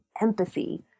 empathy